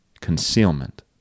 concealment